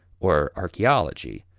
or archaeology,